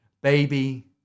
Baby